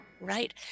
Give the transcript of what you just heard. Right